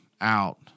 out